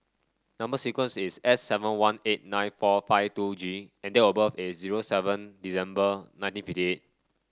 number sequence is S seven one eight nine four five two G and date of birth is zero seven December nineteen fifty eight